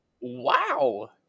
Wow